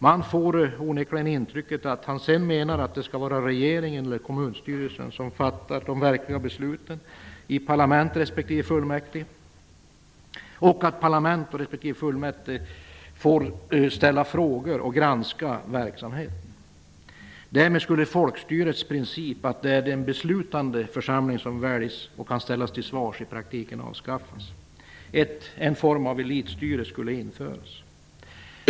Man får intrycket att han menar att regeringen eller kommunstyrelsen sedan skall fatta de verkliga besluten och att parlamentet respektive fullmäktige får ställa frågor och granska verksamheten. Därmed skulle folkstyrets princip -- att det är en beslutande församling som väljs och kan ställas till svars -- i praktiken avskaffas. En form av elitstyre skulle införas.